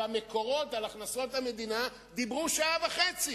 על הכנסות המדינה דיברו שעה וחצי.